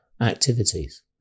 activities